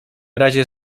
razie